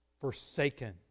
forsaken